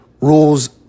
rules